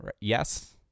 Yes